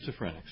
schizophrenics